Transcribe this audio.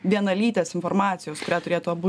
vienalytės informacijos kurią turėtų abu